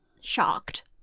shocked